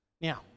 Now